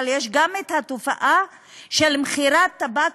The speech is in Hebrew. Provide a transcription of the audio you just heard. ויש גם התופעה של מכירת טבק,